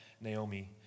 Naomi